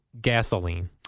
gasoline